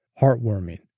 Heartwarming